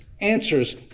answers